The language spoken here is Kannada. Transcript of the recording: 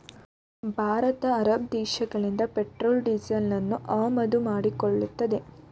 ಭಾರತ ಅರಬ್ ದೇಶಗಳಿಂದ ಪೆಟ್ರೋಲ್ ಡೀಸೆಲನ್ನು ಆಮದು ಮಾಡಿಕೊಳ್ಳುತ್ತದೆ